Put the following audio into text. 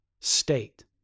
state